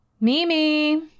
Mimi